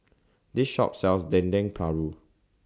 This Shop sells Dendeng Paru